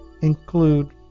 include